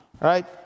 right